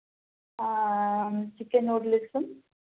chicken നൂഡിൽസും